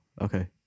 okay